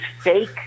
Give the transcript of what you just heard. fake